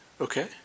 Okay